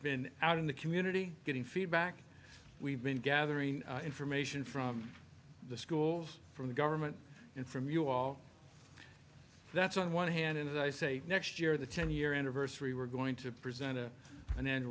been out in the community getting feedback we've been gathering information from the schools from the government and from you all that's on one hand and as i say next year the ten year anniversary we're going to present it an